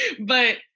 But-